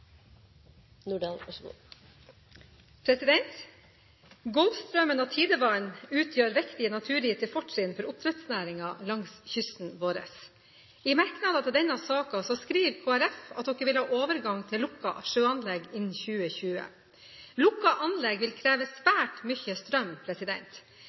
og tidevann utgjør viktige naturgitte fortrinn for oppdrettsnæringen langs kysten vår. I merknadene til denne saken skriver Kristelig Folkeparti at de vil ha overgang til lukkede sjøanlegg innen 2020. Lukkede anlegg vil kreve